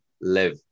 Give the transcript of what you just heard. live